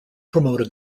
promoted